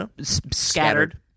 Scattered